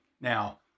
Now